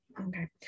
Okay